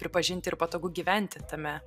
pripažinti ir patogu gyventi tame